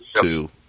Two